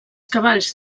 cavalls